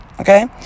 Okay